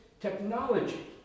technology